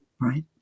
right